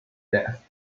death